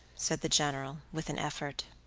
said the general, with an effort